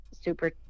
super